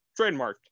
trademarked